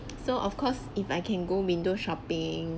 so of course if I can go window shopping